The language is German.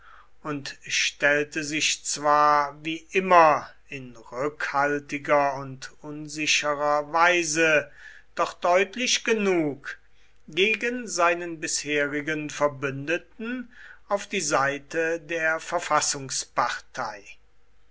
und stellte sich zwar wie immer in rückhaltiger und unsicherer weise doch deutlich genug gegen seinen bisherigen verbündeten auf die seite der